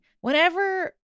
Whenever